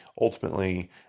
ultimately